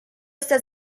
está